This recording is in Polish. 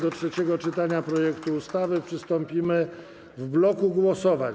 Do trzeciego czytania projektu ustawy przystąpimy w bloku głosowań.